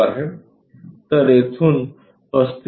तर येथून 35 मि